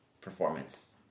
performance